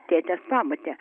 tėtės pamotė